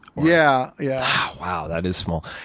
yeah, yeah. wow, that is small.